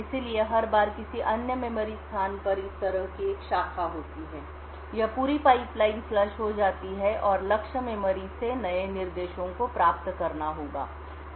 इसलिए हर बार किसी अन्य मेमोरी स्थान पर इस तरह की एक शाखा होती है यह पूरी पाइप लाइन फ़्लश हो जाती है और लक्ष्य मेमोरी से नए निर्देशों को प्राप्त करना होगा